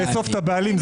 לאסוף את הבעלים,